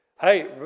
Hey